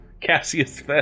Cassius